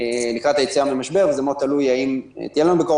לקראת היציאה מהמשבר וזה מאוד תלוי אם תהיה לנו בקרוב